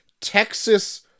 Texas